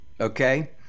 okay